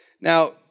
Now